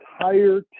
entire